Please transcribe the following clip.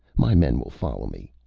my men will follow me.